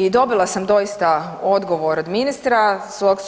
I dobila sam doista odgovor od ministra,